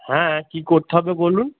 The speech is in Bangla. হ্যাঁ কী করতে হবে বলুন